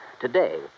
Today